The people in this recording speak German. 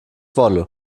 wolle